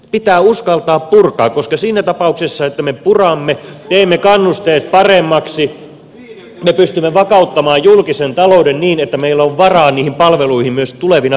pitää uskaltaa purkaa koska siinä tapauksessa että me puramme teemme kannusteet paremmaksi me pystymme vakauttamaan julkisen talouden niin että meillä on varaa niihin palveluihin myös tulevina vuosina